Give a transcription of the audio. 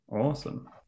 Awesome